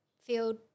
field